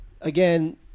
Again